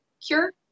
Cure